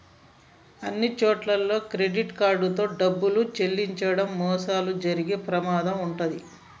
అన్నిచోట్లా credit card తో డబ్బులు చెల్లించడం మోసాలు జరిగే ప్రమాదం వుంటది